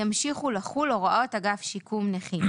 ימשיכו לחול הוראות אגף שיקום נכים,